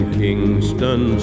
kingston